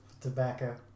Tobacco